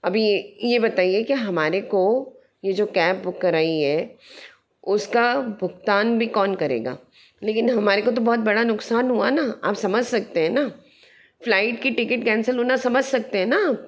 अभी ये बताइए कि हमारे को ये जो कैब बुक कराई है उसका भुगतान भी कौन करेगा लेकिन हमारे को तो बहुत बड़ा नुक़सान हुआ ना आप समझ सकते हैं ना फ्लाइट की टिकट कैंसल होना समझ सकते हैं ना आप